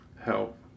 help